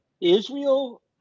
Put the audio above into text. Israel